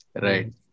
Right